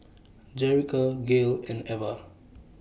Jerica Gale and Ever